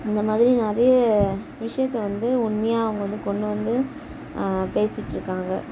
இந்த மாதிரி நிறைய விஷயத்தை வந்து உண்மையாக அவங்க வந்து கொண்டு வந்து பேசிட்டுருக்காங்க